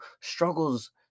struggles